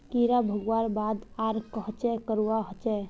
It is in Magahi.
कीड़ा भगवार बाद आर कोहचे करवा होचए?